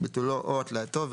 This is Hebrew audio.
ביטולו או התלייתו,